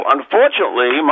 Unfortunately